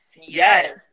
yes